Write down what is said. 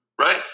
right